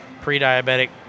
pre-diabetic